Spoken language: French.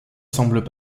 semblent